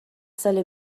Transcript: سال